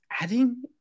adding